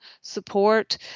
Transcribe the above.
support